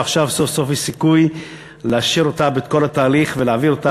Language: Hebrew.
ועכשיו סוף-סוף יש סיכוי לאשר אותה בכל התהליך ולהביא אותה,